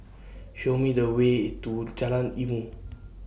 Show Me The Way to Jalan Ilmu